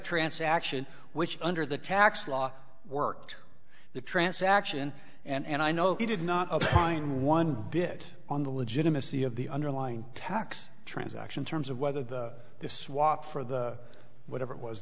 transaction which under the tax law worked the transaction and i know he did not mind one bit on the legitimacy of the underlying tax transaction terms of whether this swap for the whatever it was